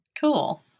Cool